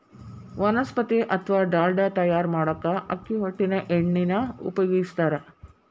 ವನಸ್ಪತಿ ಅತ್ವಾ ಡಾಲ್ಡಾ ತಯಾರ್ ಮಾಡಾಕ ಅಕ್ಕಿ ಹೊಟ್ಟಿನ ಎಣ್ಣಿನ ಉಪಯೋಗಸ್ತಾರ